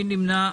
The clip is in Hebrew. מי נמנע?